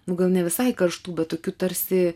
nu gal ne visai karštų bet tokių tarsi